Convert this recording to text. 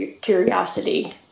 curiosity